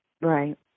Right